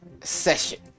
session